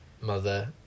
mother